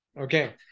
Okay